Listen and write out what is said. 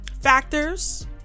factors